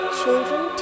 children